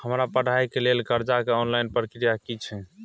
हमरा पढ़ाई के लेल कर्जा के ऑनलाइन प्रक्रिया की छै?